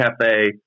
cafe